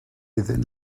iddyn